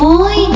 Boy